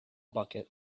bucket